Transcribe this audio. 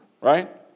Right